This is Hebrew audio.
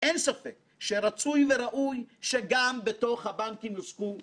אין ספק שרצוי וראוי שגם בתוך הבנקים יוסקו מסקנות.